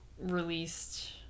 released